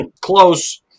Close